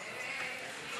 נתקבלה.